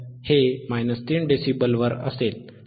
हे 3 dB वर असेल